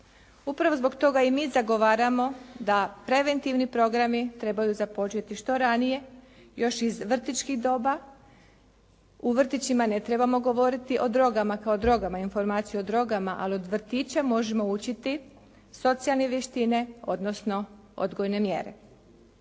Upravo zbog toga i mi zagovaramo da preventivni programi trebaju započeti što ranije još iz vrtićkih doba. U vrtićima ne trebamo govoriti o drogama kao drogama, informaciju o drogama ali od vrtića možemo učiti socijalne vještine odnosno odgojne mjere.